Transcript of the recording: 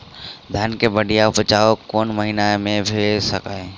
धान केँ बढ़िया उपजाउ कोण महीना मे भऽ सकैय?